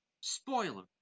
spoiler